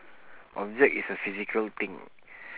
object is a physical thing